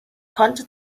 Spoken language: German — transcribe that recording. konnte